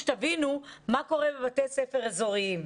אתם צריכים להבין מה קורה בבתי ספר אזוריים.